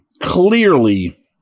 clearly